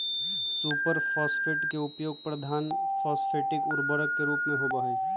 super phosphate के उपयोग प्रधान फॉस्फेटिक उर्वरक के रूप में होबा हई